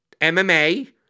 MMA